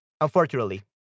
Unfortunately